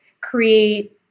create